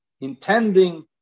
intending